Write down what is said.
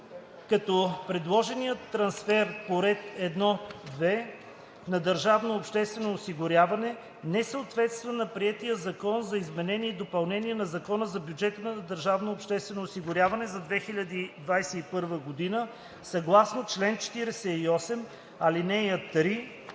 като предложеният трансфер по ред 1.2 за Държавното обществено осигуряване не съответства на приетия Закон за изменение и допълнение на Закона за бюджета на Държавното обществено осигуряване за 2021 г., съгласно чл. 48, ал. 3